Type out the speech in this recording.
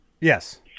Yes